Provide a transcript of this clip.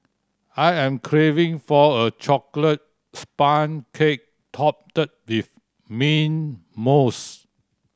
I am craving for a chocolate sponge cake topped with mint mousse